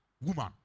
woman